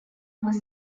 was